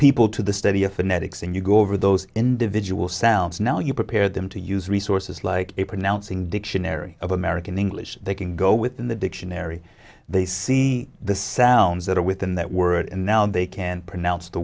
people to the study of phonetics and you go over those individual sounds now you prepare them to use resources like a pronouncing dictionary of american english they can go within the dictionary they see the sounds that are within that word and now they can pronounce the